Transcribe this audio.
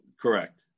Correct